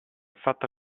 fatta